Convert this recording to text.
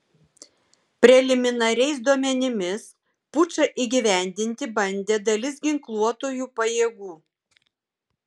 preliminariais duomenimis pučą įgyvendinti bandė dalis ginkluotųjų pajėgų